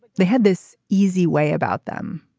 but they had this easy way about them.